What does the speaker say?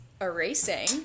erasing